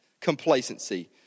complacency